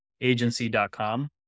agency.com